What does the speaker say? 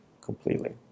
completely